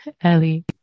Ellie